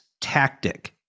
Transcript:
tactic